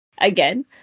again